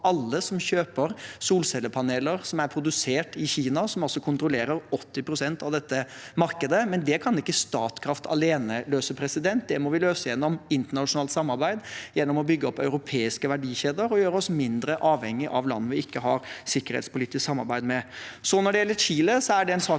alle som kjøper solcellepaneler som er produsert i Kina, som altså kontrollerer 80 pst. av dette markedet. Det kan ikke Statkraft løse alene; det må vi løse gjennom internasjonalt samarbeid, gjennom å bygge opp europeiske verdikjeder og gjøre oss mindre avhengige av land vi ikke har sikkerhetspolitisk samarbeid med. Når det gjelder Chile, er det en sak